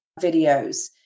videos